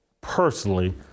personally